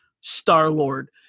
Star-Lord